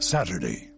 Saturday